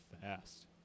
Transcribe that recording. fast